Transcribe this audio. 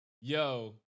yo